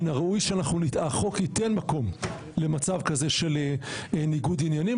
מן הראוי שהחוק ייתן מקום למצב כזה של ניגוד עניינים,